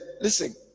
listen